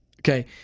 Okay